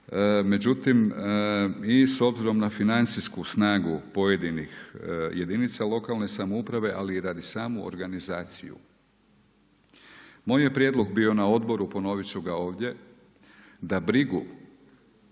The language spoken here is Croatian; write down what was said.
Međutim, i s obzirom na financijsku snagu pojedinih jedinica lokalne samouprave, ali i radi samu organizaciju, moj je prijedlog bio na odboru, ponoviti ću ga ovdje, da brigu